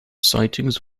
sightings